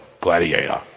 Gladiator